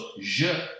JE